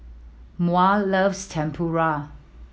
Maury loves Tempura